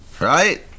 right